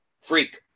Freak